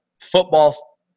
football